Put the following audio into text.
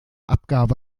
abgabe